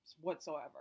whatsoever